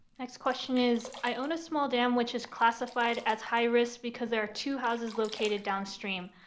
next question is, i own a small dam which is classified as high-risk because there are two houses located downstream.